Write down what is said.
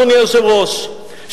אדוני היושב-ראש,